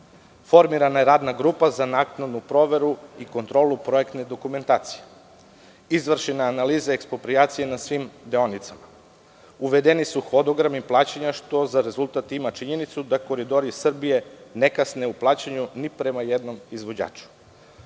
Formirana je radna grupa za naknadnu proveru i kontrolu projektne dokumentacije. Izvršena je analizia eksproprijacije na svim deonicama. Uvedeni su hodogrami plaćanja, što za rezultat ima činjenicu da „Koridori Srbije“ ne kasne u plaćanju ni prema jednom izvođaču.